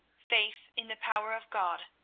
faith in the power of god,